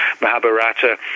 Mahabharata